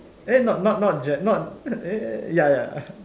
eh not not not ge~ eh eh ya ya